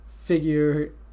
figure